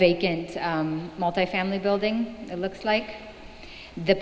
vacant multifamily building it looks like the